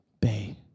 bay